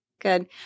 Good